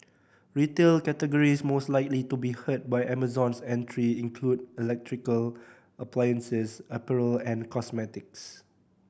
retail categories most likely to be hurt by Amazon's entry include electrical appliances apparel and cosmetics